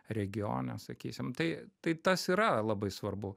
regione sakysim tai tai tas yra labai svarbu